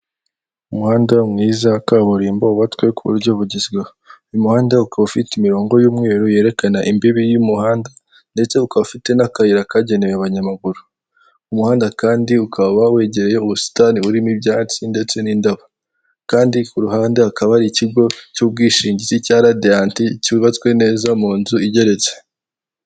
Umuhanda mwiza wa kaburimbo wubatswe ku buryo bugezweho, uyu muhanda ukaba ufite imirongo y'umweru yerekana imbibi y'umuhanda ndetse ukaba ufite n'akayira kagenewe abanyamaguru, umuhanda kandi ukaba wegereye ubusitani burimo ibyatsi ndetse n'indabo kandi ku ruhande hakaba hari ikigo cy'ubwishingizi cya Radiant cyubatswe neza mu nzu igeretse.